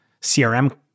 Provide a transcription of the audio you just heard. CRM